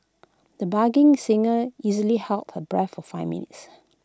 the bargain singer easily held her breath for five minutes